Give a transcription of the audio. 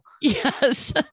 Yes